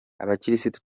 abakirisitu